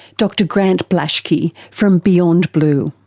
dr grant blashki from beyond blue